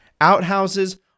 Outhouses